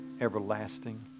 everlasting